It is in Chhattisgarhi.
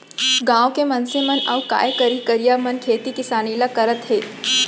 गॉंव के मनसे मन अउ काय करहीं करइया मन खेती किसानी ल करत हें